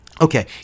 Okay